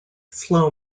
slow